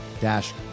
dash